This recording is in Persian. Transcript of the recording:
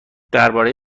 درباره